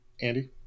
Andy